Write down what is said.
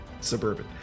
suburban